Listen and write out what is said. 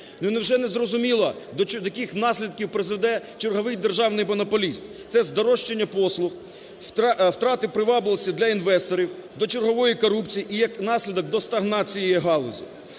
невже незрозуміло, до яких наслідків призведе черговий державний монополіст. Це здорожчання послуг, втрата привабливості для інвесторів, до чергової корупції і як наслідок до стагнації цієї галузі.